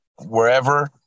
wherever